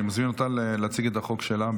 אני מזמין אותה להציג את הצעת החוק שלה.